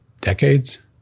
decades